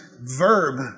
verb